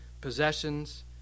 possessions